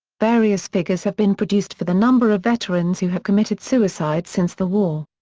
various figures have been produced for the number of veterans who have committed suicide since the war.